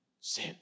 sin